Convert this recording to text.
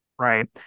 Right